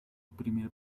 primer